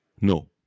No